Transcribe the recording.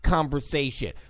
conversation